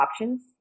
options